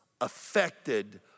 affected